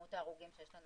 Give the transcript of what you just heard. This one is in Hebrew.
הנכונים צריך לשלב